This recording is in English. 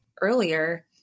earlier